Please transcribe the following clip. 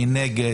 מי נגד.